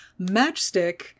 Matchstick